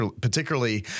particularly